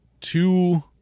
two